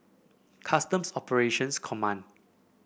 Customs Operations Command